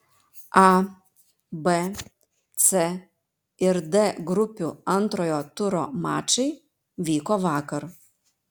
a b c ir d grupių antrojo turo mačai vyko vakar